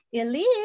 Elise